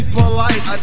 polite